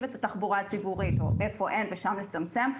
את התחבורה הציבורית או איפה אין ושם לצמצם,